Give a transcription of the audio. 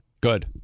Good